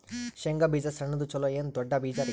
ಶೇಂಗಾ ಬೀಜ ಸಣ್ಣದು ಚಲೋ ಏನ್ ದೊಡ್ಡ ಬೀಜರಿ?